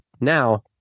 Now